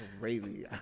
crazy